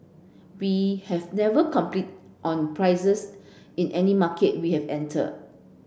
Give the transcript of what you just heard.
we have never competed on prices in any market we have entered